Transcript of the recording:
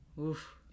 Oof